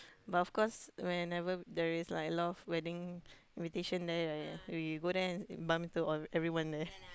but of course whenever there is like a lot of wedding invitation there ya ya we go there and bump into everyone there